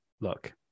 look